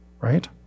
right